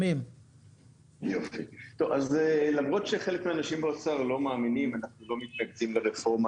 למרות שחלק מהאנשים באוצר לא מאמינים בתקציב ברפורמה